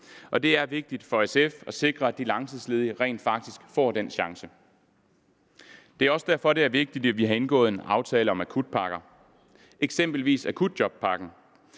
det vigtigt for SF at sikre, at de langtidsledige rent faktisk får den chance. Det er også derfor, at det er vigtigt, at vi har indgået en aftale om akutpakker, eksempelvis akutjobpakken.